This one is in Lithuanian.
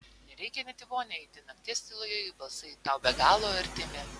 nereikia net į vonią eiti nakties tyloje jų balsai tau be galo artimi